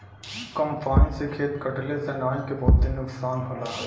combine से खेत कटले से अनाज के बहुते नुकसान होला